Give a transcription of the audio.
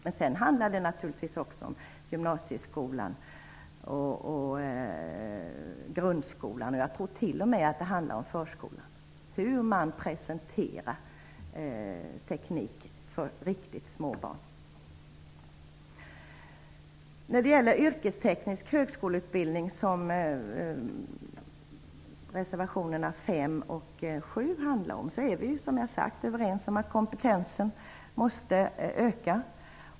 Sedan handlar det naturligtvis också om hur man i gymnasieskolan, grundskolan och t.o.m. förskolan presenterar teknik för riktigt små barn. Reservationerna 5 och 7 handlar om yrkesteknisk högskoleutbildning. Där är vi som sagt överens om att kompetensen måste öka.